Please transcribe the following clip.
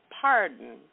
pardon